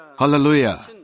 Hallelujah